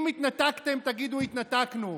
אם התנתקתם, תגידו: התנתקנו.